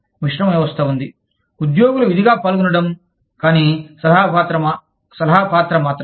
మిశ్రమ వ్యవస్థ ఉంది ఉద్యోగుల విధిగా పాల్గొనడం కానీ సలహా పాత్ర మాత్రమే